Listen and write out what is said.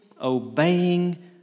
obeying